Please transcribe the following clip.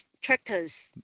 tractors